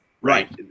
right